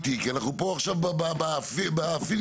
הכי טוב.